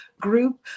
group